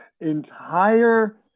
entire